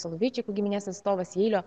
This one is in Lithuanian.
soloveičikų giminės atstovas jeilio